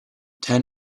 ten